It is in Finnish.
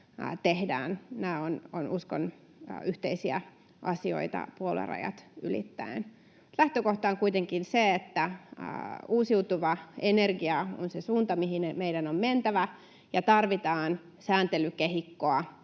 Nämä ovat, uskon, yhteisiä asioita, puoluerajat ylittäen. Lähtökohta on kuitenkin se, että uusiutuva energia on se suunta, mihin meidän on mentävä, ja tarvitaan sääntelykehikkoa